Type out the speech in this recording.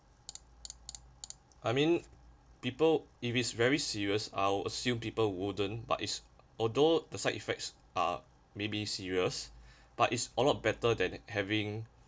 I mean people if it's very serious I'll assume people wouldn't but it's although the side effects are may be serious but it's a lot better than having